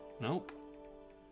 nope